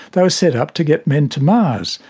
they were set up to get men to mars,